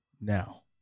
now